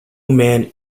man